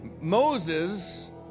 Moses